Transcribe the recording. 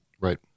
Right